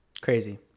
Crazy